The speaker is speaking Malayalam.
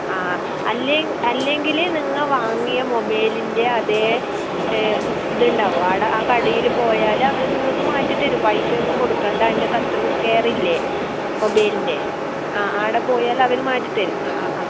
ആ അല്ലെ അല്ലെങ്കില് നിങ്ങൾ വാങ്ങിയ മൊബൈലിൻ്റെ അതേ ഇത് ഉണ്ടാകും അവിടെ ആ കടയിൽ പോയാല് അവര് നിങ്ങൾക്ക് മാറ്റിത്തരും പൈസയൊന്നും കൊടുക്കണ്ട അതിൻ്റെ കസ്റ്റമർ കെയറില്ലേ മൊബൈലിൻ്റെ ആ അവിടെ പോയാൽ അവർ മാറ്റി തരും അ അ അ